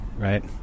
Right